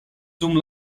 dum